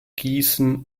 gießen